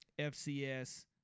FCS